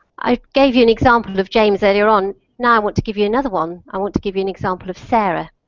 i gave you an example if james that iran not want to give you another one i want to give you an example of sarah.